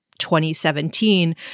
2017